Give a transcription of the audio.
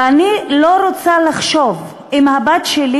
ואני לא רוצה לחשוב אם הבת שלי